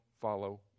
follow